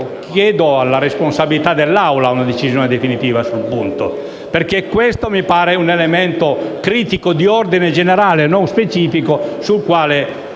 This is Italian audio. chiedo alla responsabilità dell'Assemblea una decisione definitiva sul punto. Mi pare questo un elemento critico di ordine generale, non specifico, sul quale